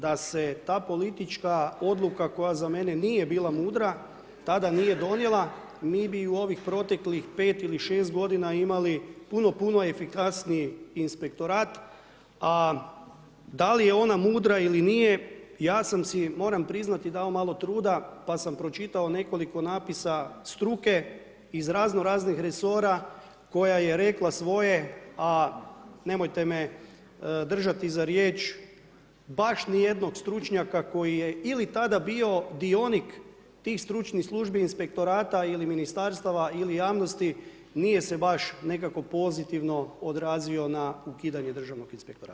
Da se ta politička odluka koja za mene nije bila mudra, tada nije donijela, mi bi u ovih proteklih 5 ili 6 godina imali puno, puno efikasniji Inspektorat, a da li je ona mudra ili nije, ja sam si, moram priznati, dao malo truda, pa sam pročitao nekoliko napisa struke iz razno raznih resora koja je rekla svoje, a nemojte me držati za riječ, baš nijednog stručnjaka koji je ili tada bio dionik tih stručnih službi Inspektorata ili Ministarstava ili javnosti, nije se baš nekako pozitivno odrazio na ukidanje Državnog inspektorata.